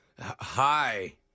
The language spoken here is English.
hi